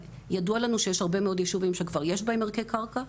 ידוע לנו שיש הרבה מאוד ישובים שכבר יש בהם ערכי קרקע,